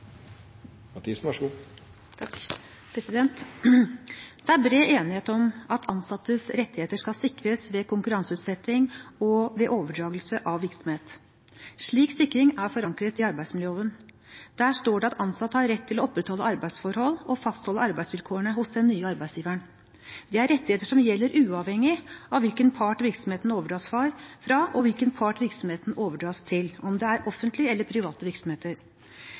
bred enighet om at ansattes rettigheter skal sikres ved konkurranseutsetting og ved overdragelse av virksomhet. Slik sikring er forankret i arbeidsmiljøloven. Der står det at ansatte har rett til å opprettholde arbeidsforhold og fastholde arbeidsvilkårene hos den nye arbeidsgiveren. Det er rettigheter som gjelder uavhengig av hvilken part virksomheten overdras fra, og hvilken part virksomheten overdras til, om det er offentlige eller private virksomheter.